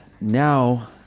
Now